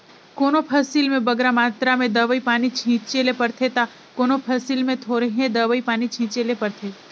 कोनो फसिल में बगरा मातरा में दवई पानी छींचे ले परथे ता कोनो फसिल में थोरहें दवई पानी छींचे ले परथे